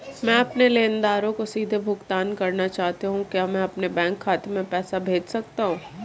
मैं अपने लेनदारों को सीधे भुगतान करना चाहता हूँ क्या मैं अपने बैंक खाते में पैसा भेज सकता हूँ?